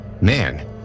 man